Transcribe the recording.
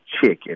chicken